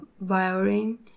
violin